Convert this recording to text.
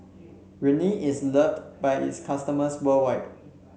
Rene is loved by its customers worldwide